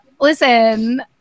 listen